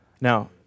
Now